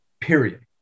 period